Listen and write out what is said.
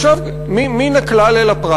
עכשיו, מן הכלל אל הפרט.